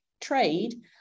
trade